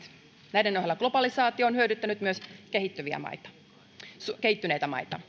näiden ohella globalisaatio on hyödyttänyt myös kehittyneitä maita